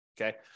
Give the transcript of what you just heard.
okay